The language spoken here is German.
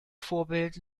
vorbild